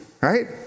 right